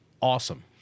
awesome